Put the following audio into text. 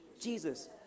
Jesus